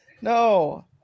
No